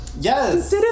Yes